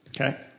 Okay